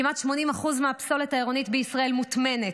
כמעט 80% מהפסולת העירונית בישראל מוטמנת.